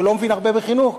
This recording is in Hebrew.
שלא מבין הרבה בחינוך,